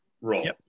role